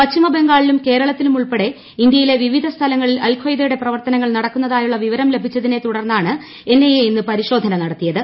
പശ്ചിമബംഗാളിലും കേരളത്തിലും ഉൾപ്പെടെ ഇന്ത്യയിലെ വിവിധ സ്ഥലങ്ങളിൽ അൽ ഖയ്ദയുടെ പ്രവർത്തനങ്ങൾ നടക്കുന്നതായുള്ള വിവരം ലഭിച്ചതിനെ തുടർന്നാണ് എൻ ഐ എ ഇന്ന് പരിശോധന നടത്തിയത്